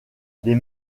des